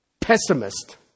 pessimist